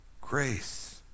grace